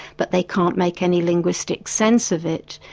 but they can't make any linguistic sense of it,